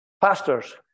Pastors